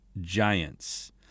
giants